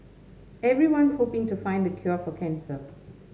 everyone's hoping to find the cure for cancer